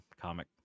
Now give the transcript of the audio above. comic